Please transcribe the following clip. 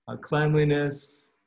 cleanliness